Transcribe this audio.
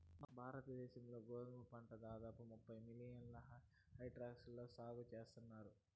భారత దేశం లో గోధుమ పంట దాదాపు ముప్పై మిలియన్ హెక్టార్లలో సాగు చేస్తన్నారు